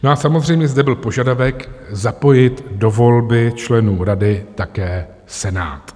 No a samozřejmě zde byl požadavek zapojit do volby členů rady také Senát.